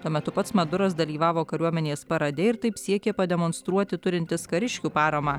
tuo metu pats maduras dalyvavo kariuomenės parade ir taip siekė pademonstruoti turintis kariškių paramą